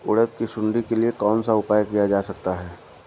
उड़द की सुंडी के लिए कौन सा उपाय किया जा सकता है?